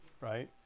Right